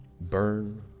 burn